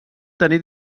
tenir